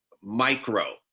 micro